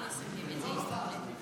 היום אנחנו מציינים את יום המאבק